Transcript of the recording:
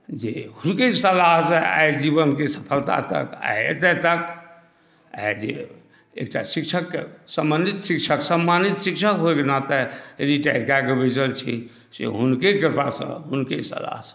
जी हुनके सलाहसँ आइ जीवनके सफलता तक आइ एतय तक आइ जे एकटा शिक्षककेँ सम्बन्धित शिक्षक सम्मानित शिक्षक होइके नाते रिटायर कए कऽ बैसल छी से हुनके कृपासँ हुनके सलाहसँ